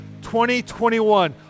2021